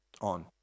on